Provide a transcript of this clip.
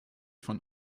von